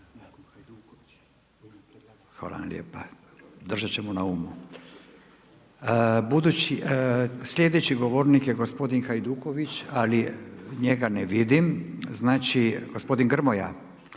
Isteklo je vrijeme. Sljedeći govornik je gospodin Hajduković, ali njega ne vidim. Znači gospodin Grmoja,